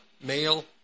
male